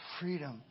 freedom